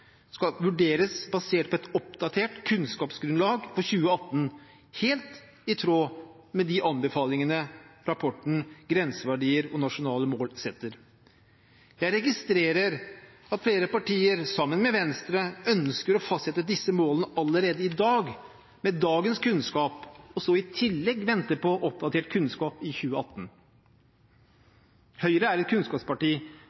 skal vurderes basert på et oppdatert kunnskapsgrunnlag for 2018, helt i tråd med de anbefalingene rapporten Grenseverdier og nasjonale mål setter. Jeg registrerer at flere partier, sammen med Venstre, ønsker å fastsette disse målene allerede i dag med dagens kunnskap og så i tillegg vente på oppdatert kunnskap i 2018. Høyre er et kunnskapsparti,